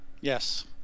Yes